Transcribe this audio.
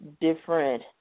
different